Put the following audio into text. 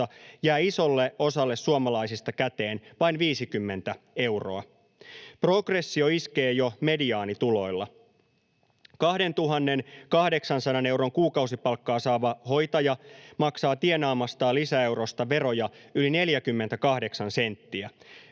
jää isolle osalle suomalaisista käteen vain 50 euroa. Progressio iskee jo mediaanituloilla. 2 800 euron kuukausipalkkaa saava hoitaja maksaa tienaamastaan lisäeurosta veroja yli 48 senttiä.